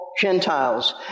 Gentiles